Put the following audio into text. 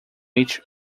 each